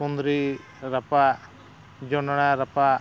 ᱠᱩᱸᱫᱽᱨᱤ ᱨᱟᱯᱟᱜ ᱡᱚᱱᱚᱲᱟ ᱨᱟᱯᱟᱜ